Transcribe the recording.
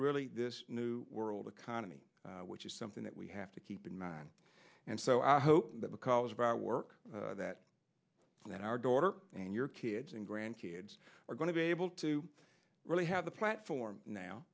really new world economy which is something that we have to keep in mind and so i hope that because of our work that that our daughter and your kids and grandkids are going to be able to really have the platform now